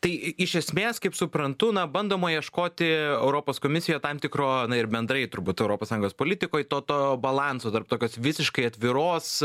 tai iš esmės kaip suprantu na bandoma ieškoti europos komisijoj tam tikro na ir bendrai turbūt europos sąjungos politikoj to to balanso tarp tokios visiškai atviros